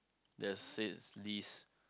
that's says list